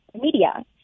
media